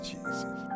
Jesus